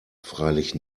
freilich